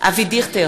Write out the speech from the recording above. אבי דיכטר,